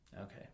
Okay